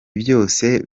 byose